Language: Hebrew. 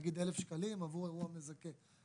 נגיד 1,000 ש'לים עבור אירוע מזכה.